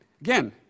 again